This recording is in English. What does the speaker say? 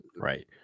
Right